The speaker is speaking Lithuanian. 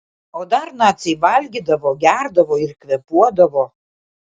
o dar naciai valgydavo gerdavo ir kvėpuodavo